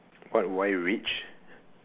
what why rich